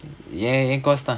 என் என்:en en course தான்:thaan